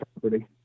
property